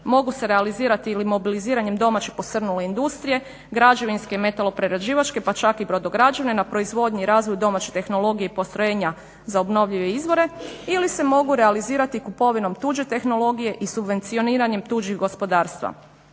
Mogu se realizirati ili mobiliziranjem domaće posrnule industrije, građevinske i metaloprerađivačke pa čak i brodograđevne na proizvodnji i razvoju domaće tehnologije i postrojenja za obnovljive izvore ili se mogu realizirati kupovinom tuđe tehnologije i subvencioniranjem tuđih gospodarstava.